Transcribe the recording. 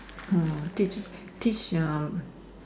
!wah! teach teach uh